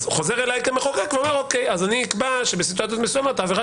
חוזר אלי כמחוקק ואומר שאני אקבע שבסיטואציות מסוימות העבירה